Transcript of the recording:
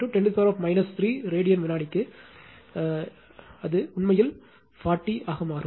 5 10 3 radian வினாடிக்கு உண்மையில் இது 40 40 ஆக மாறும்